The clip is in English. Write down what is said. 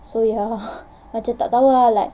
so ya macam tak tahu ah like